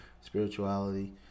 Spirituality